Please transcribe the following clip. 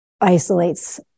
isolates